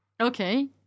Okay